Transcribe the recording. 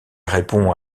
répond